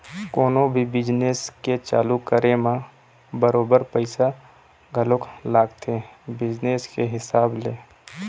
कोनो भी बिजनेस के चालू करे म बरोबर पइसा घलोक लगथे बिजनेस के हिसाब ले